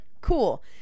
Cool